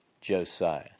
Josiah